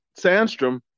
Sandstrom